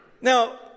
Now